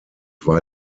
war